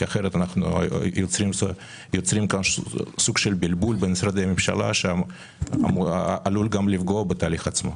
אחרת אנו יוצרים בלבול בין משרדי המשלה שעלול לפגוע בתהליך עצמו.